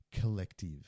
collective